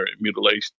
mutilation